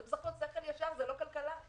זה בסך הכול שכל ישר, זה לא כלכלה.